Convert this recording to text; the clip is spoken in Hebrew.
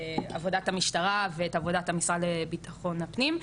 עבודת המשטרה ואת עבודת המשרד לביטחון הפנים,